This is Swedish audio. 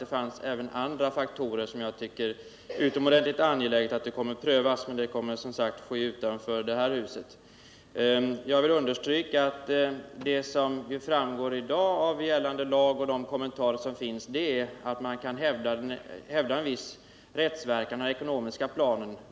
Det fanns även tveksamma inslag av annan natur som jag tycker det är utomordentligt angeläget att pröva, men detta kommer som sagt att ske utanför det här huset. Jag vill understryka att vad som framgår av gällande lag och kommentarerna till denna är att man kan hävda en viss rättsverkan av den ekonomiska planen.